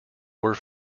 were